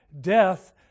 death